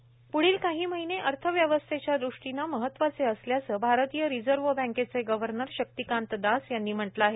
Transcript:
reserve Bank एयर प्ढील काही महिने अर्थव्यवस्थेच्या दृष्टीनं महत्त्वाचे असल्याचं भारतीय रिझर्व्ह बँकेचे गव्हर्नर शक्तीकांत दास यांनी म्हटलं आहे